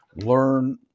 learn